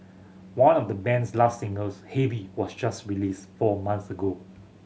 one of the band's last singles Heavy was just released four months ago